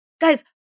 Guys